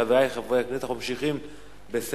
חברי חברי הכנסת, אנחנו ממשיכים בסדר-היום.